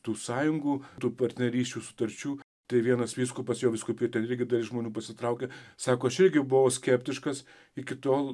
tų sąjungų tų partnerysčių sutarčių tai vienas vyskupas jo vyskupijoj ten irgi dalis žmonių pasitraukė sako aš irgi buvau skeptiškas iki tol